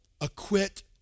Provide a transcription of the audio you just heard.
acquit